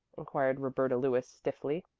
inquired roberta lewis stiffly.